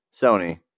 Sony